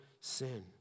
sin